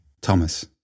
Thomas